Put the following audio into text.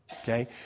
Okay